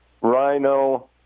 rhino